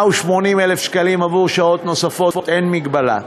180,000 שקלים עבור שעות נוספות, אין הגבלה.